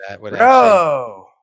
bro